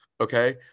Okay